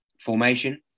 formation